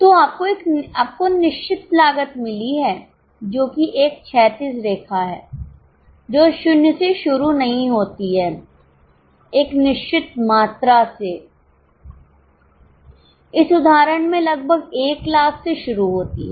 तो आपको निश्चित लागत मिली है जो कि एक क्षैतिज रेखा है जो 0 से शुरू नहीं होती है एक निश्चित मात्रा से इस उदाहरण में लगभग 1 लाख से शुरू होती है